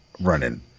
running